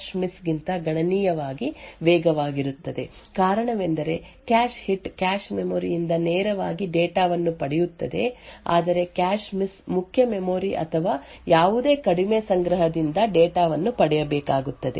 ಆದ್ದರಿಂದ cache hit cache miss ಗಿಂತ ಗಣನೀಯವಾಗಿ ವೇಗವಾಗಿರುತ್ತದೆ ಕಾರಣವೆಂದರೆ ಕ್ಯಾಶ್ ಹಿಟ್ ಕ್ಯಾಶ್ ಮೆಮೊರಿ ಯಿಂದ ನೇರವಾಗಿ ಡೇಟಾ ವನ್ನು ಪಡೆಯುತ್ತದೆ ಆದರೆ ಕ್ಯಾಶ್ ಮಿಸ್ ಮುಖ್ಯ ಮೆಮೊರಿ ಅಥವಾ ಯಾವುದೇ ಕಡಿಮೆ ಸಂಗ್ರಹದಿಂದ ಡೇಟಾ ವನ್ನು ಪಡೆಯಬೇಕಾಗುತ್ತದೆ